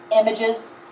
images